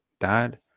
dad